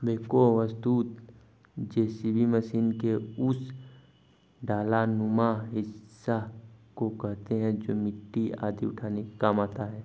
backhoe वस्तुतः JCB machine के उस डालानुमा हिस्सा को कहते हैं जो मिट्टी आदि उठाने के काम आता है